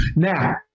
Now